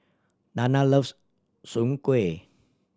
Dana loves Soon Kueh